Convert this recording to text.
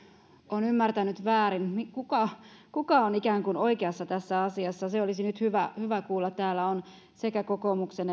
on ymmärtänyt väärin kuka kuka on ikään kuin oikeassa tässä asiassa se olisi nyt hyvä hyvä kuulla täällä on sekä kokoomuksen